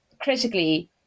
critically